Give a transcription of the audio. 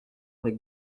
avec